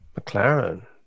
mclaren